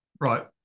right